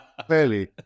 Clearly